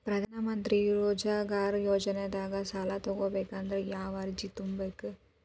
ಪ್ರಧಾನಮಂತ್ರಿ ರೋಜಗಾರ್ ಯೋಜನೆದಾಗ ಸಾಲ ತೊಗೋಬೇಕಂದ್ರ ಯಾವ ಅರ್ಜಿ ತುಂಬೇಕು?